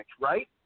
right